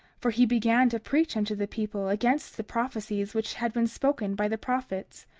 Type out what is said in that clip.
for he began to preach unto the people against the prophecies which had been spoken by the prophets,